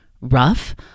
rough